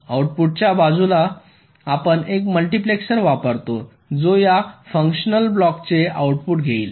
आउटपुटच्या बाजूला आपण एक मल्टिप्लेसर वापरतो जो या फंक्शन ब्लॉक्सचे आउटपुट घेईल